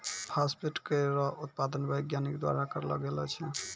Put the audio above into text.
phosphate केरो उत्पादन वैज्ञानिक द्वारा करलो गेलो छै